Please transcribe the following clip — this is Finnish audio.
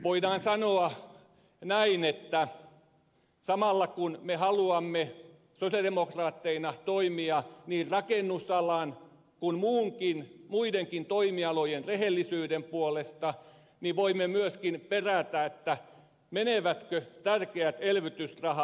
voidaan sanoa näin että samalla kun me haluamme sosialidemokraatteina toimia niin rakennusalan kuin muidenkin toimialojen rehellisyyden puolesta niin voimme myöskin perätä menevätkö tärkeät elvytysrahat ulkomaille